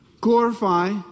Glorify